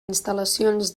instal·lacions